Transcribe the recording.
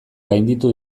gainditu